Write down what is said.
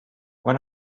when